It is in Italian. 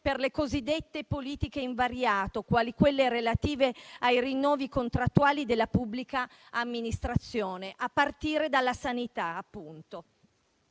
per le cosiddette politiche invariate, quali quelle relative ai rinnovi contrattuali della pubblica amministrazione, a partire dalla sanità appunto.